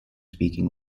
speaking